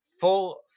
full